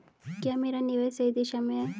क्या मेरा निवेश सही दिशा में है?